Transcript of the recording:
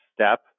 step